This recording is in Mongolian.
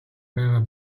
байгаа